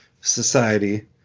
society